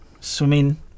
swimming